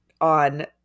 on